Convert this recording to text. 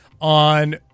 on